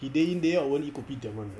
he day in day out only eat kopitiam [one]